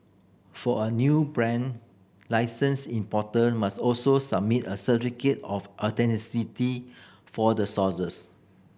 for a new brand licensed importer must also submit a certificate of for the sources